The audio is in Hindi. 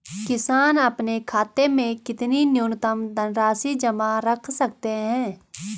किसान अपने खाते में कितनी न्यूनतम धनराशि जमा रख सकते हैं?